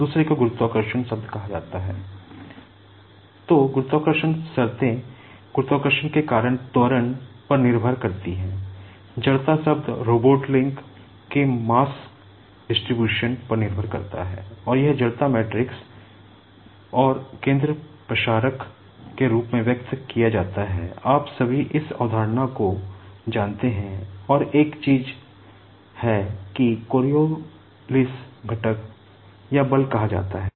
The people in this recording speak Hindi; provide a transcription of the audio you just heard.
तो गुरुत्वाकर्षण या बल कहा जाता है